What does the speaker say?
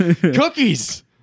Cookies